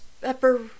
Pepper